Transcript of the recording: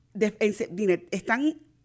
Están